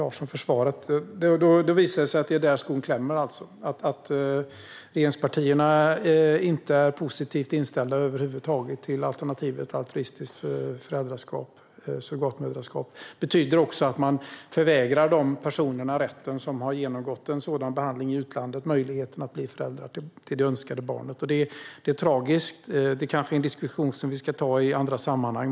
Fru talman! Tack, Hillevi Larsson, för svaret! Det visar sig alltså att det är där skon klämmer: Regeringspartierna är inte positivt inställda till alternativet altruistiskt surrogatmoderskap över huvud taget. Det betyder att man också förvägrar de personer som har genomgått en sådan behandling i utlandet möjligheten och rätten att bli föräldrar till det önskade barnet. Det är tragiskt. Detta kanske är en diskussion som vi ska ta i andra sammanhang.